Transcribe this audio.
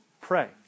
Pray